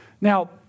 Now